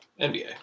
NBA